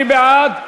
מי בעד?